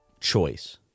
Choice